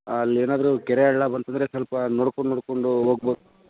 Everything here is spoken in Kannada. ಅಲ್ಲಿ ಏನಾದರು ಕೆರೆ ಹಳ್ಳ ಬಂತಂದರೆ ಸ್ವಲ್ಪ ನೋಡ್ಕೊಂಡು ನೋಡಿಕೊಂಡು ಹೊಗ್ಬೋ